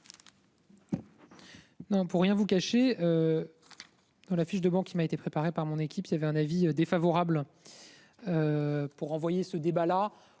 pour rien vous cacher. Dans affiche de banque qui m'a été préparée par mon équipe, il y avait un avis défavorable. Pour envoyer ce débat là